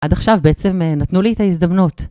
עד עכשיו בעצם נתנו לי את ההזדמנות